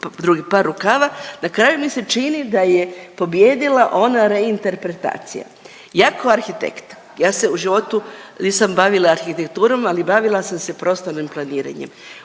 drugi par rukava, na kraju mi se čini da je pobijedila ona reinterpretacija. Ja kao arhitekt, ja se u životu nisam bavila arhitekturom, ali bavila sam se prostornim planiranjem,